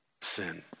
sin